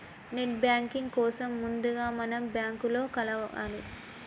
net banking కోసం ముందుగా మనం బ్యాంకులో కలవాలే